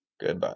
goodbye